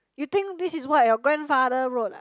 you think this is what your grandfather road ah